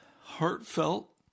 heartfelt